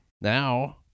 Now